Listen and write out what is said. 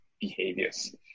behaviors